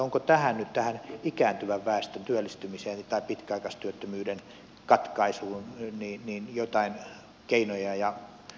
onko nyt tähän ikääntyvän väestön työllistymiseen tai pitkäaikaistyöttömyyden katkaisuun joitain keinoja ja ratkaisuja